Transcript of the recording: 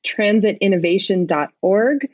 transitinnovation.org